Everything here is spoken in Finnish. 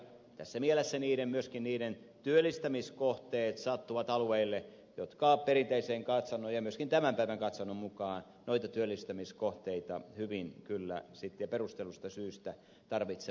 tässä mielessä myöskin niiden työllistämiskohteet sattuvat alueille jotka perinteisen katsannon ja myöskin tämän päivän katsannon mukaan noita työllistämiskohteita hyvin kyllä sitten ja perustellusta syystä tarvitsevatkin